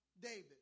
David